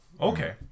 okay